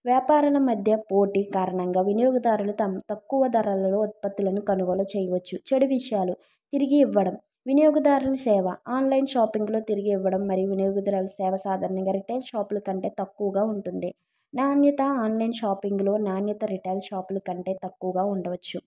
వ్యాపారుల మధ్య పోటీ కారణంగా వినియోగదారుల తమ తక్కువ ధరలలో ఉత్పత్తులు కొనుగోలు చేయవచ్చు చెడు విషయాలు తిరిగి ఇవ్వడం వినియోగదారుని సేవ ఆన్లైన్ షాపింగ్లో తిరిగి ఇవ్వడం మరియు వినియోగదారుల సేవ సాధారణంగా రిటైల్ షాపుల కంటే తక్కువగా ఉంటుంది నాణ్యత ఆన్లైన్ షాపింగ్లో నాణ్యత రిటైల్ షాపుల కంటే తక్కువగా ఉండవచ్చు